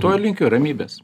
to ir linkiu ramybės